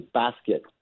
basket